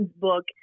book